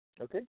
Okay